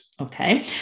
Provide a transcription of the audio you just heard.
Okay